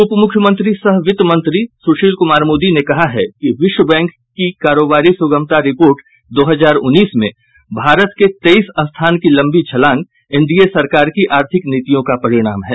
उप मुख्यमंत्री सह वित्त मंत्री सुशील कुमार मोदी ने कहा है कि विश्व बैंक की कारोबारी सुगमता रिपोर्ट दो हजार उन्नीस में भारत के तेईस स्थान की लंबी छलांग एनडीए सरकार की आर्थिक नीतियों का परिणाम है